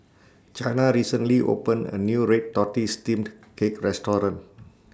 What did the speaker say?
Chana recently opened A New Red Tortoise Steamed Cake Restaurant